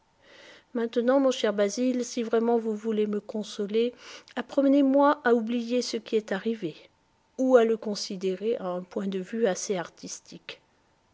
maintenant mon cher basil si vraiment vous voulez me consoler apprenez-moi à oublier ce qui est arrivé ou à le considérer à un point de vue assez artistique